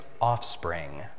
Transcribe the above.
offspring